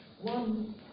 One